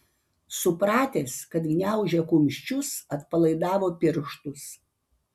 supratęs kad gniaužia kumščius atpalaidavo pirštus